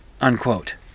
unquote